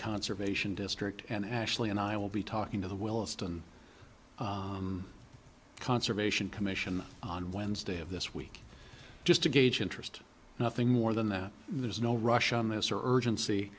conservation district and ashley and i will be talking to the williston conservation commission on wednesday of this week just to gauge interest nothing more than that there is no rush on this or urgency